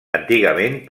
antigament